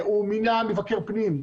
הוא מינה מבקר פנים,